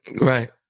right